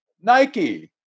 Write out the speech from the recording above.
Nike